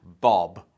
Bob